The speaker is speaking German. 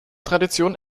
tradition